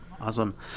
awesome